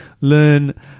learn